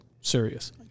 serious